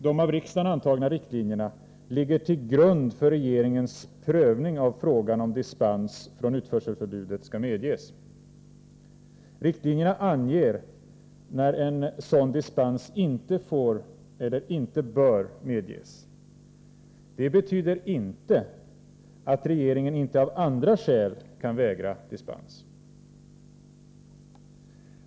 De av riksdagen antagna riktlinjerna ligger till grund för regeringens prövning av frågan om dispens från utförselförbudet skall medges. Riktlinjerna anger när en sådan dispens inte får eller inte bör medges. Det betyder inte att regeringen inte av andra skäl kan vägra dispens.